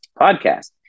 podcast